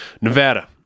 Nevada